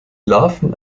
larven